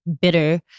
bitter